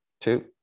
two